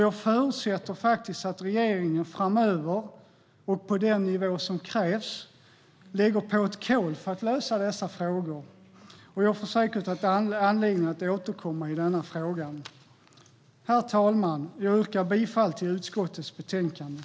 Jag förutsätter att regeringen framöver, och på den nivå som krävs, lägger på ett kol för lösa dessa frågor. Jag får säkert anledning att återkomma i denna fråga. Herr talman! Jag yrkar bifall till utskottets förslag i betänkandet.